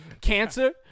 cancer